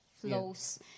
flows